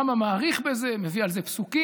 הרמב"ם מאריך בזה, מביא על זה פסוקים.